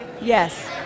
Yes